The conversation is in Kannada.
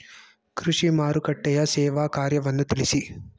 ಕೃಷಿ ಮಾರುಕಟ್ಟೆಯ ಸೇವಾ ಕಾರ್ಯವನ್ನು ತಿಳಿಸಿ?